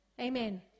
Amen